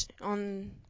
on